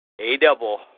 A-double